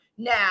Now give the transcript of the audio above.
now